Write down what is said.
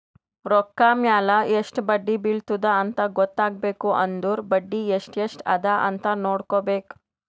ರೊಕ್ಕಾ ಮ್ಯಾಲ ಎಸ್ಟ್ ಬಡ್ಡಿ ಬಿಳತ್ತುದ ಅಂತ್ ಗೊತ್ತ ಆಗ್ಬೇಕು ಅಂದುರ್ ಬಡ್ಡಿ ಎಸ್ಟ್ ಎಸ್ಟ್ ಅದ ಅಂತ್ ನೊಡ್ಕೋಬೇಕ್